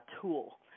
tool